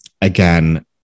again